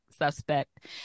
Suspect